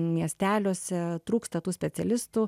miesteliuose trūksta tų specialistų